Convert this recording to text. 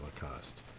Holocaust